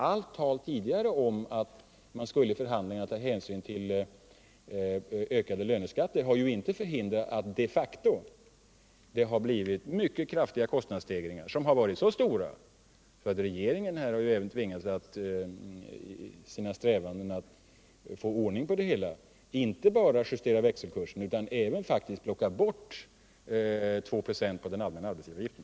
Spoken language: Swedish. Allt tidigare tal om att man i förhandlingarna skulle ta hänsyn till ökade löneskatter har ju inte förhindrat att det blivit mycket kraftiga kostnadsstegringar, som de facto har varit så stora att regeringen i sina strävanden att få någon ordning på finanserna tvingats att inte bara justera växelkursen utan faktiskt även plocka bort 2 96 på den allmänna arbetsgivaravgiften.